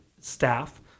staff